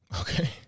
Okay